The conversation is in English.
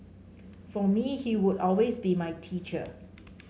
for me he would always be my teacher